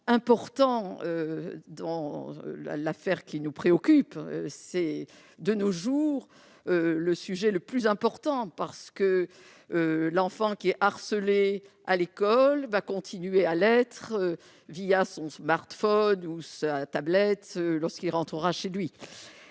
important dans l'affaire qui nous préoccupe, c'est de nos jours le sujet le plus important parce que l'enfant qui est harcelé à l'école va continuer à l'être, via son smartphone ou sa tablette lorsqu'il rentrera chez lui,